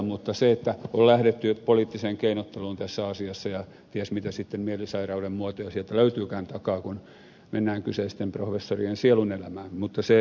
mutta siihen että on lähdetty poliittiseen keinotteluun tässä asiassa ja ties sitten mitä mielisairauden muotoja sieltä löytyykään takaa kun mennään kyseisten professorien sielunelämään palaan